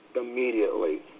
immediately